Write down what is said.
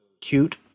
cute